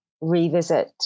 revisit